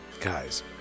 Guys